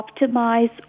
optimize